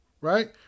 right